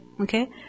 okay